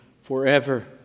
forever